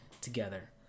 together